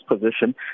position